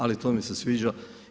Ali to mi se sviđa.